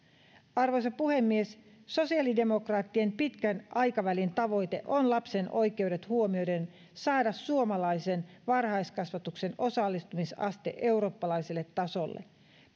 arvoisa puhemies sosiaalidemokraattien pitkän aikavälin tavoite on lapsen oikeudet huomioiden saada suomalaisen varhaiskasvatuksen osallistumisaste eurooppalaiselle tasolle